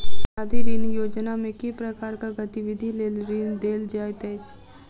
मियादी ऋण योजनामे केँ प्रकारक गतिविधि लेल ऋण देल जाइत अछि